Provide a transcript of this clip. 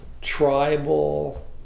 tribal